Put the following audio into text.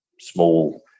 small